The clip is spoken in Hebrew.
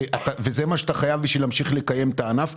וזה מה שאתה חייב בשביל להמשיך לקיים את הענף.